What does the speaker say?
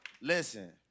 listen